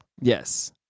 Yes